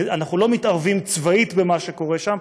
אנחנו לא מתערבים צבאית במה שקורה שם,